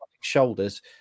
shoulders